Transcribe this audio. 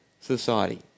society